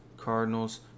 cardinals